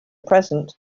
present